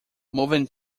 moving